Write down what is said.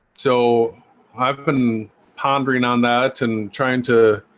so i've been pondering on that and trying to